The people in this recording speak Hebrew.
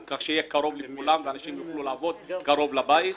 חצי שנה?